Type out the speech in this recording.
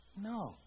No